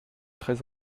très